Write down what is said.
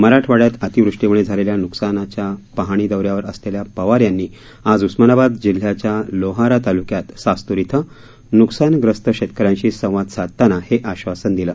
मराठवाड्यात अतिवृष्टीमुळे झालेल्या नुकसानाच्या पाहणी दौऱ्यावर असलेल्या पवार यांनी आज उस्मानाबाद जिल्ह्याच्या लोहारा तालुक्यात सास्त्र इथं नुकसानग्रस्त शेतकऱ्यांशी संवाद साधताना हे आश्वासन दिलं